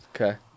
Okay